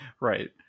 Right